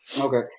Okay